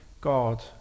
God